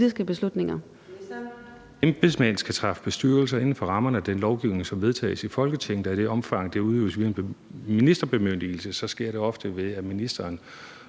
Embedsmænd skal træffe beslutninger inden for rammerne af den lovgivning, som vedtages i Folketinget, og i det omfang det udøves via en ministerbemyndigelse, sker det ofte ved, at ministeren